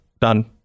Done